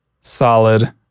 solid